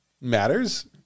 matters